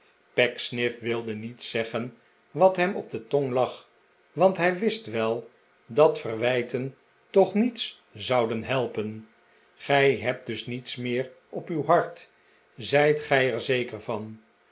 pecksniff wilde niet zeggen wat hem op de tong lag want hij wist wel dat verwijten toch niets zouden helpen gij hebt dus niets meer op uw hart zijt gij er zeker van